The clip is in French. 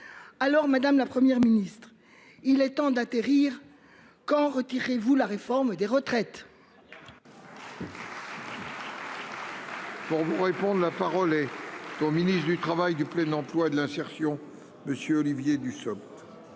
Alors madame, la Première ministre. Il est temps d'atterrir qu'en retirez-vous la réforme des retraites. Pour vous répondre. La parole est au ministre du Travail du plaignant. Toi de l'insertion. Monsieur Olivier Dussopt.